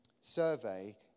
survey